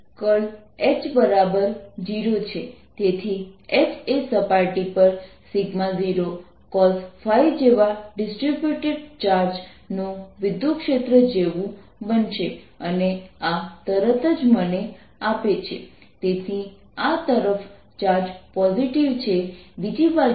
તેથી surface element ds ની ગતિ દ્વારા આપવામાં આવે છે તેથી આ કોણ છે તેથી જો r z અક્ષ સાથે કોણ આગળ છે તો તમે જોઈ શકો છો કે આ વર્તુળની ત્રિજ્યા છે કે જેના પર આ સરફેસ એલિમેન્ટ ds ખસેડી રહ્યા છે